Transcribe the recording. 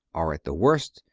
or, at the worst,